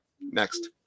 Next